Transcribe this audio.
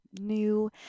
new